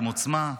עם עוצמה,